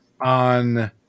on